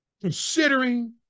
considering